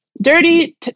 dirty